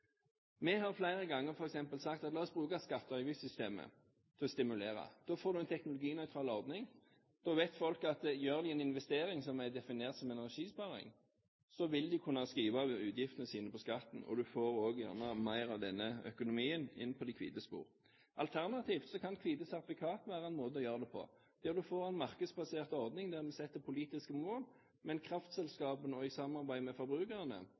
Vi har flere ganger sagt at la oss bruke skatte- og avgiftssystemet til å stimulere. Da får man en teknologinøytral ordning. Da vet folk at gjør de en investering som er definert som energisparing, vil de kunne skrive av utgiftene sine på skatten, og man får også mer av denne økonomien inn på de hvite spor. Alternativt kan hvite sertifikat være en måte å gjøre det på, der man får en markedsbasert ordning hvor vi setter politiske mål. Kraftselskapene – eller skal vi si kraftselgerne – i samarbeid med forbrukerne